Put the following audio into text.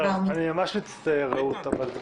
אני ממש מצטער, רעות, אבל זה